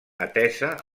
atesa